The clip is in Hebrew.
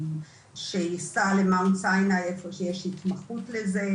שיישא למקום שיש בו התמחות בנושא,